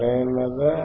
సరియైనదా